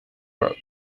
road